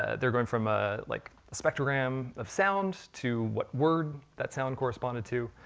ah they're going from ah like a spectrogram of sound to what word that sound corresponded to.